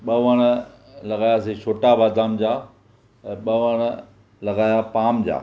ॿ वण लॻायासीं छोटा बादाम जा ऐं ॿ वण लॻायां पाम जा